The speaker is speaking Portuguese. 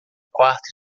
quarto